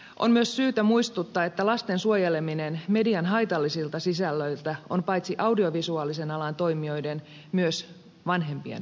on myös syytä muistuttaa että lasten suojeleminen median haitallisilta sisällöiltä on paitsi audiovisuaalisen alan toimijoiden myös vanhempien vastuulla